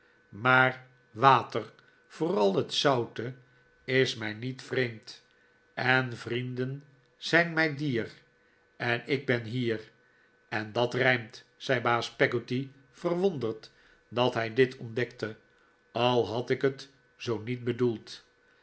maar water vooral het zoute is mij niet vreemd en vrienden zijn mij dier en ik ben hier en dat rijmt zei baas peggotty verwonderd dat hij dit ontdekte al had ik het zoo niet bedoeld